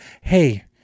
hey